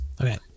Okay